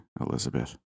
Elizabeth